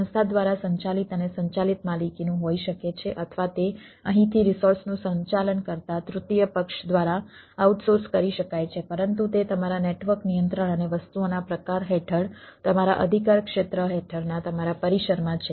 સંસ્થા દ્વારા સંચાલિત અને સંચાલિત માલિકીનું હોઈ શકે છે અથવા તે અહીંથી રિસોર્સનું સંચાલન કરતા તૃતીય પક્ષ દ્વારા આઉટસોર્સ કરી શકાય છે પરંતુ તે તમારા નેટવર્ક નિયંત્રણ અને વસ્તુઓના પ્રકાર હેઠળ તમારા અધિકારક્ષેત્ર હેઠળના તમારા પરિસરમાં છે